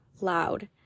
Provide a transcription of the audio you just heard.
loud